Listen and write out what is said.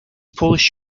polish